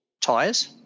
tires